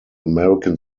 american